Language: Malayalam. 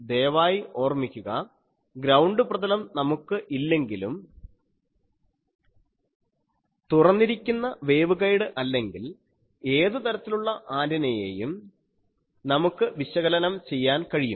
ദയവായി ഓർമിക്കുക ഗ്രൌണ്ട് പ്രതലം നമുക്ക് ഇല്ലെങ്കിലും തുറന്നിരിക്കുന്ന വേവ്ഗൈഡ് അല്ലെങ്കിൽ ഏതുതരത്തിലുള്ള ഉള്ള ആൻറിനയെയും നമുക്ക് വിശകലനം ചെയ്യാൻ കഴിയും